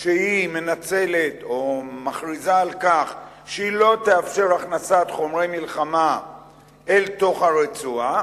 שהיא מכריזה על כך שהיא לא תאפשר הכנסת חומרי מלחמה אל תוך הרצועה,